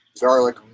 garlic